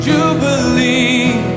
Jubilee